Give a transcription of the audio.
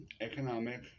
economic